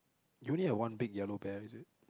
you only have one big yellow bear is it